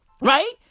right